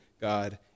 God